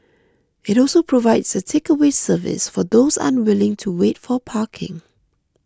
it also provides a takeaway service for those unwilling to wait for parking